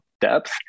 depth